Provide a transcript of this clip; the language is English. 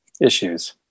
issues